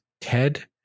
ted